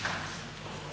Hvala.